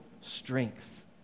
strength